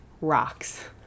rocks